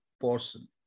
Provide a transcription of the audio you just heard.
person